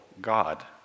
God